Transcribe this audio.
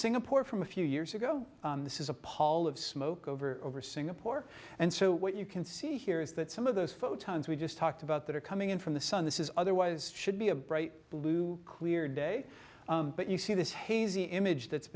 singapore from a few years ago this is a pall of smoke over over singapore and so what you can see here is that some of those photons we just talked about that are coming in from the sun this is otherwise should be a bright blue clear day but you see this hazy image that's